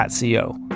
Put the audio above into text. Co